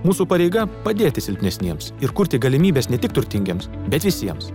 mūsų pareiga padėti silpnesniems ir kurti galimybes ne tik turtingiems bet visiems